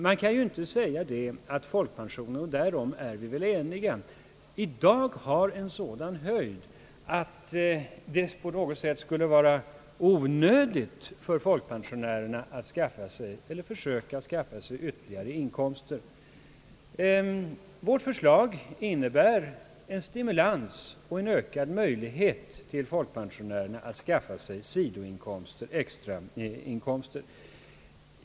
Man kan inte säga att folkpensionen — därom är vi väl eniga — i dag har en sådan höjd att det på något sätt skulle vara onödigt för folkpensionärerna att försöka skaffa sig ytterli gare inkomster. Vårt förslag innebär en stimulans och en ökad möjlighet för folkpensionärerna att skaffa sig sidoinkomster.